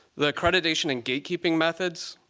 the accreditation and gate keeping methods,